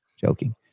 joking